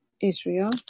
Israel